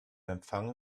empfang